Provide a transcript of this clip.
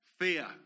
fear